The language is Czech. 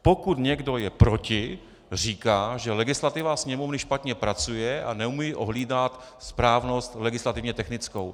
Pokud někdo je proti, říká, že legislativa Sněmovny špatně pracuje a neumí ohlídat správnost legislativně technickou.